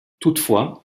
toutefois